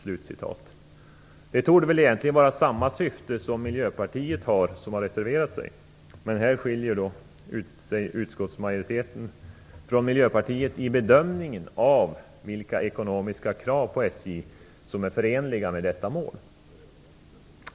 Detta torde vara samma syfte som Miljöpartiet - som har reserverat sig - har, men här skiljer sig utskottsmajoriteten från Miljöpartiet i bedömningen av vilka ekonomiska krav på SJ som är förenliga med detta mål.